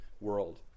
world